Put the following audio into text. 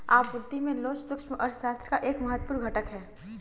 आपूर्ति में लोच सूक्ष्म अर्थशास्त्र का एक महत्वपूर्ण घटक है